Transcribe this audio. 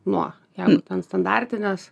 nuo ten ant standartinės